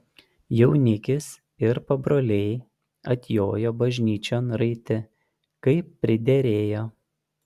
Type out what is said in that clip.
jaunikis ir pabroliai atjojo bažnyčion raiti kaip priderėjo